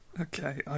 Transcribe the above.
Okay